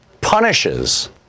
punishes